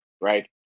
right